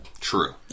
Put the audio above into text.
True